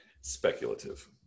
speculative